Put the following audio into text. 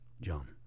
John